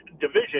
division